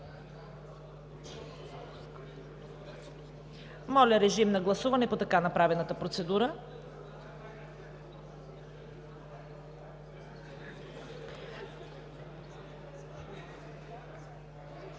Моля, режим на гласуване по така направената процедура.